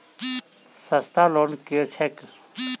सस्ता लोन केँ छैक